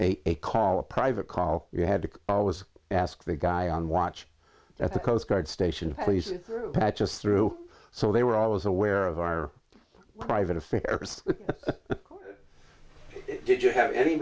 make a call a private call you had to always ask the guy on watch at the coast guard station please and just through so they were always aware of our private affairs did you have any